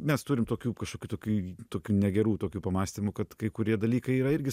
mes turim tokių kažkokių tokių tokių negerų tokių pamąstymų kad kai kurie dalykai yra irgi